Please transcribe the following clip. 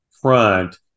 front